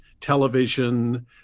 television